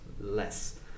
less